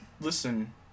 listen